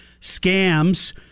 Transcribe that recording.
scams